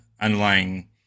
underlying